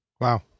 Wow